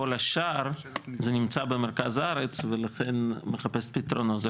כל השאר זה נמצא במרכז הארץ ולכן מחפש פתרונות.